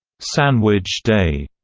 sandwich day,